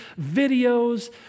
videos